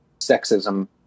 sexism